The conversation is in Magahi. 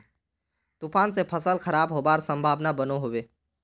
तूफान से फसल खराब होबार संभावना बनो होबे?